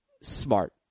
smart